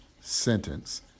sentence